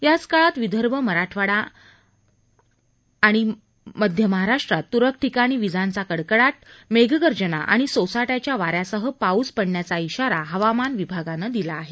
याच काळात विदर्भ मराठवाडा आणि मध्य महाराष्ट्रात तुरळक ठिकाणी विजांच्या कडकडाट मेघगर्जना आणि सोसाट्याच्या वाऱ्यासह पाऊस पडण्याचा श्राा हवामान विभागानं दिला आहे